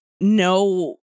no